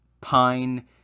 pine